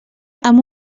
amb